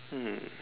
mm